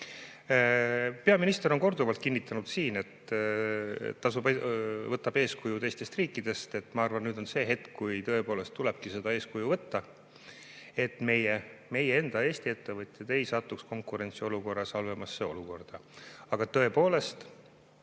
Peaminister on korduvalt kinnitanud siin, et tasub võtta eeskuju teistest riikidest. Ma arvan, et nüüd on see hetk, kui tõepoolest tulebki seda eeskuju võtta, et meie enda, Eesti ettevõtjad ei satuks konkurentsiolukorras halvemasse olukorda. Aga tõepoolest,